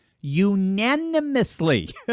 unanimously